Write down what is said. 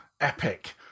epic